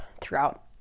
throughout